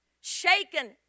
shaken